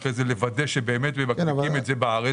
אחרי זה נצטרך לוודא שבאמת מבקבקים את זה בארץ,